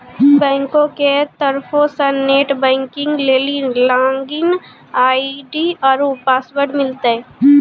बैंको के तरफो से नेट बैंकिग लेली लागिन आई.डी आरु पासवर्ड मिलतै